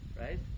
right